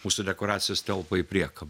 mūsų dekoracijos telpa į priekabą